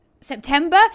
September